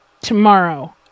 tomorrow